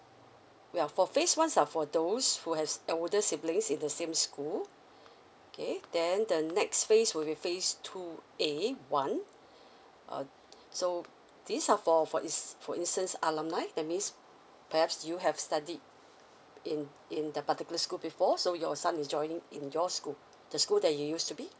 well for phase once are for those who has older siblings in the same school okay then the next phase will be phase two A one uh so these are for for ins~ for instance alumni that means perhaps you have studied in in the particular school before so your son is joining in your school the school that you used to be